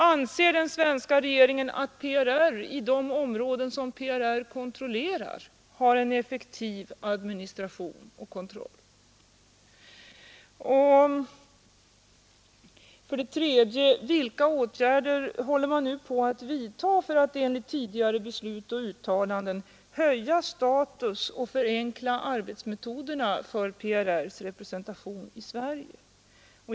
Anser den svenska regeringen att PRR i de områden som PRR kontrollerar har en effektiv administration och kontroll? 3. Vilka åtgärder håller man nu på att vidta för att enligt tidigare beslut och uttalanden följa status och förenkla arbetsmetoderna för PRR ss representation i Sverige?